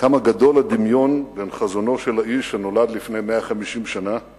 כמה גדול הדמיון בין חזונו של האיש שנולד לפני 150 שנה